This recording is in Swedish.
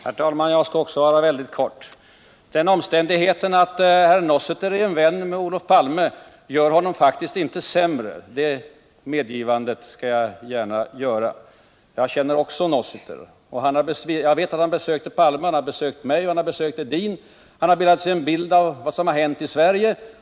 Herr talman! Jag skall också fatta mig mycket kort. Den omständigheten att Bernard Nossiter är vän med Olof Palme gör honom faktiskt inte till sämre karl. Det medgivandet skall jag gärna göra. Jag känner också Nossiter. Jag vet att han besökte Olof Palme. Han har också besökt mig och Per-Olof Edin. Han har gjort sig en bild av vad som har hänt i Sverige.